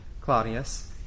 claudius